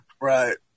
Right